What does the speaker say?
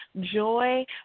joy